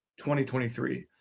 2023